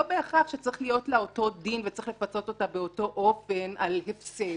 לא בהכרח צריך להיות להם אותו דין וצריך לפצות אותם באותו אופן על הפסד,